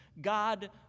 God